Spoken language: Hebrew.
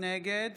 נגד